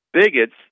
bigots